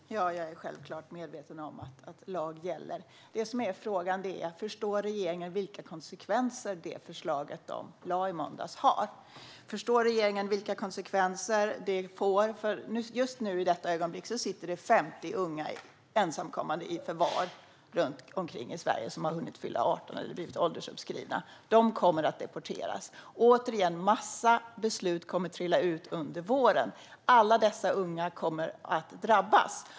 Herr talman! Jag är självklart medveten om att lag gäller. Frågan är om regeringen förstår vilka konsekvenser det förslag de lade fram i måndags har. Just i detta ögonblick sitter 50 unga ensamkommande, som har hunnit fylla 18 eller blivit åldersuppskrivna, i förvar runt omkring i Sverige. De kommer att deporteras. En massa beslut kommer att trilla ut under våren. Alla dessa unga kommer att drabbas.